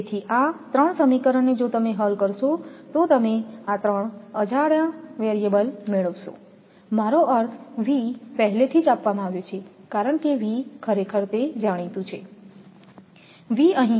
તેથી આ ત્રણ સમીકરણને જો તમે હલ કરશો તો તમે આ ત્રણ અજાણ્યા વસ્તુ મેળવશો મારો અર્થ V પહેલેથી જ આપવામાં આવ્યો છે કારણ કે V ખરેખર તે જાણીતું છે V 53